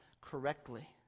correctly